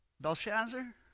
Belshazzar